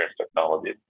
technology